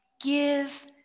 give